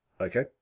Okay